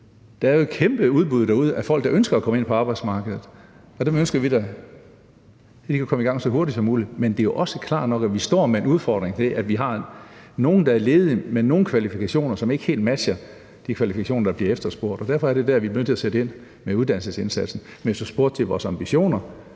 Der er jo et kæmpe udbud derude af folk, der ønsker at komme ind på arbejdsmarkedet, og der ønsker vi da, at de kan komme i gang så hurtigt som muligt. Men det er også klart nok, at vi står med en udfordring, ved at vi har nogle, der er ledige, og som har nogle kvalifikationer, som ikke helt matcher de kvalifikationer, der bliver efterspurgt. Og derfor er det dér, vi bliver nødt til at sætte ind med uddannelsesindsatsen. Men hvis du spurgte til vores ambitioner,